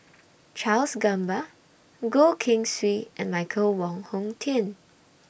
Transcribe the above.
Charles Gamba Goh Keng Swee and Michael Wong Hong Teng